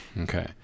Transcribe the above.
Okay